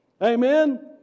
amen